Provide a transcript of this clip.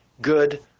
good